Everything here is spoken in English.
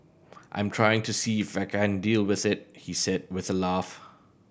I'm trying to see if I can deal with it he said with a laugh